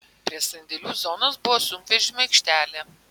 prie sandėlių zonos buvo sunkvežimių aikštelė